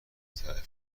تحویل